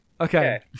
okay